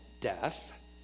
death